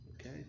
Okay